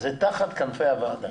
זה תחת כנפי הוועדה.